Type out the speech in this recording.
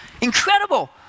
incredible